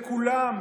לכולם,